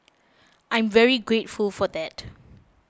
I'm very grateful for that